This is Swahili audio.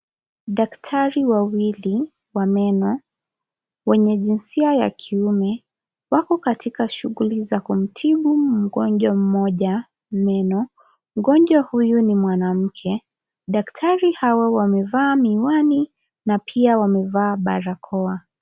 Daktari wawili, wa meno, wenye jinsia ya kiume, wako katika shughuli za kumtibu mgonjwa mmoja meno. Mgonjwa huyu ni mwanamke. Daktari hawa wamevaa miwani na pia wamevaa barakoa.